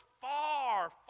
far